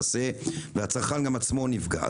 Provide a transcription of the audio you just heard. הצרכן גם עצמו נפגע.